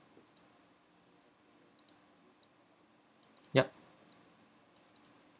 yup